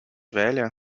velha